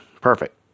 perfect